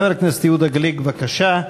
חבר הכנסת יהודה גליק, בבקשה.